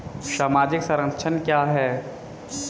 सामाजिक संरक्षण क्या है?